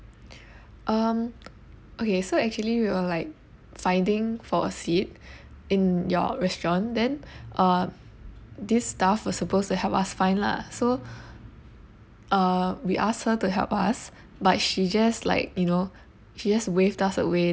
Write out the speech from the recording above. um okay so actually we were like finding for a seat in your restaurant then uh this staff was supposed to help us find lah so uh we ask her to help us but she just like you know she just waved us away